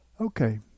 Okay